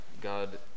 God